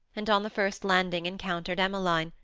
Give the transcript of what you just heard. and on the first landing encountered emmeline,